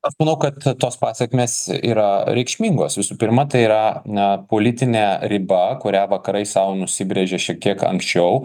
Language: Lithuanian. aš manau kad tos pasekmės yra reikšmingos visų pirma tai yra politinė riba kurią vakarai sau nusibrėžė šiek tiek anksčiau